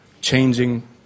changing